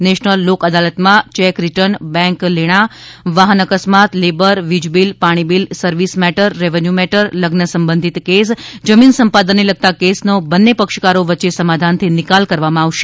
national લોકઅદાલતમાં cheque return bank લેણાં વાહન અકસ્માત લેબર વીજબીલ પાણીબીલ સર્વિસ મેટર રેવન્યુ મેટર લગ્ન સબંધિત કેસ જમીન સંપાદનને લગતા કેસનો બન્ને પક્ષકારો વચ્ચે સમાધાનથી નિકાલ કરવામાં આવશે